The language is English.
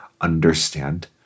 understand